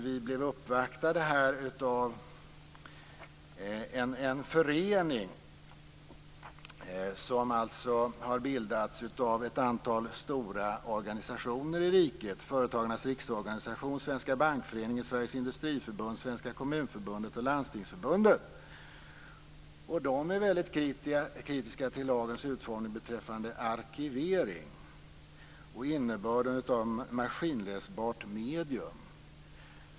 Vi blev uppvaktade av en förening som har bildats av ett antal stora organisationer i riket - Företagarnas Riksorganisation, Svenska Bankföreningen, Sveriges Industriförbund, Svenska Kommunförbundet och Landstingsförbundet. De är väldigt kritiska till lagens utformning beträffande arkivering och innebörden av maskinläsbart medium.